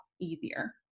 easier